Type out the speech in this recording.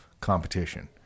competition